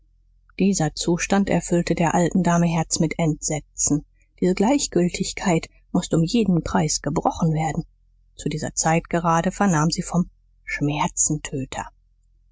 dieser zustand erfüllte der alten dame herz mit entsetzen diese gleichgültigkeit mußte um jeden preis gebrochen werden zu dieser zeit gerade vernahm sie vom